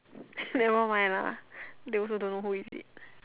nevermind lah they also don't know who is it